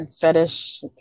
fetish